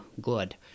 good